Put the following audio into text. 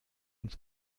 ins